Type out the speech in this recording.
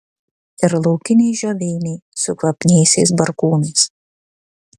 ir laukiniai žioveiniai su kvapniaisiais barkūnais